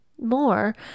more